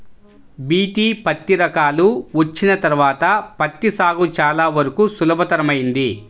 BT పత్తి రకాలు వచ్చిన తర్వాత పత్తి సాగు చాలా వరకు సులభతరమైంది